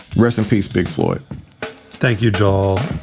rest in peace. big floyd thank you, joel.